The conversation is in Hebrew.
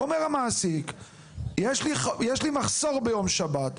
אומר המעסיק יש לי מחסור ביום שבת,